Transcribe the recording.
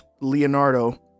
Leonardo